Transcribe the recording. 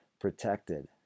protected